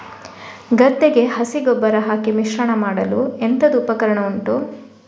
ಗದ್ದೆಗೆ ಹಸಿ ಗೊಬ್ಬರ ಹಾಕಿ ಮಿಶ್ರಣ ಮಾಡಲು ಎಂತದು ಉಪಕರಣ ಉಂಟು?